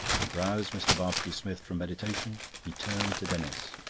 it roused mr. barbecue-smith from meditation. he turned to denis.